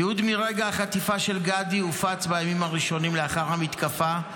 תיעוד מרגע החטיפה של גדי הופץ בימים הראשונים לאחר המתקפה,